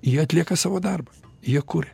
jie atlieka savo darbą jie kuria